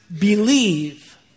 believe